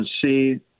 see